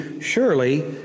surely